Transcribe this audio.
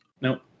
Nope